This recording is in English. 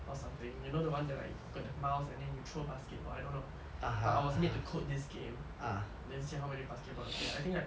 or something you know the one that like got the mouse and then you throw basketball I don't know but I was made to code this game then see like how many basket ballers play